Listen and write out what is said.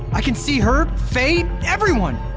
i can see her, faye, everyone!